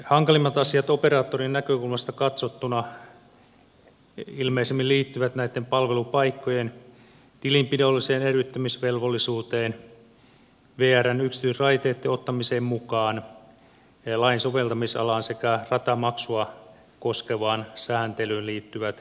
hankalimmat asiat operaattorin näkökulmasta katsottuna ilmeisimmin liittyvät näitten palvelupaikkojen tilinpidolliseen eriyttämisvelvollisuuteen vrn yksityisraiteitten ottamiseen mukaan lain soveltamisalaan sekä ratamaksua koskevaan sääntelyyn näihin liittyvät pykälät